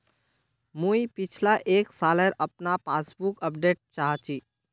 मुई पिछला एक सालेर अपना पासबुक अपडेट चाहची?